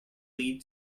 lead